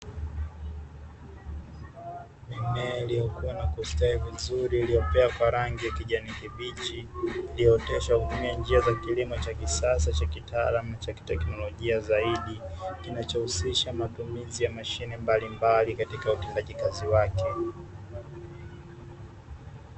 Mimea iliyokuwa na kustawi vizuri iliyopea kwa rangi ya kijani kibichi, iliyooteshwa kwa kutumia njia ya kilimo cha kisasa cha kitaalamu cha kitekinolojia zaidi, kinachohusisha matumizi ya mashine mbalimbali katika utendaji kazi wake.